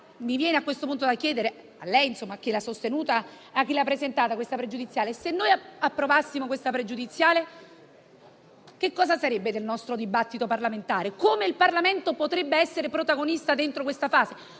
Mi viene a questo punto da chiedere a lei e a chi presentato la questione pregiudiziale: se approvassimo la pregiudiziale, che cosa sarebbe del nostro dibattito parlamentare? Come il Parlamento potrebbe essere protagonista dentro questa fase?